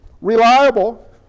reliable